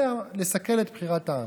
זה לסכל את בחירת העם.